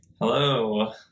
Hello